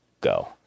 go